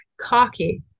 cocky